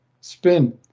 spin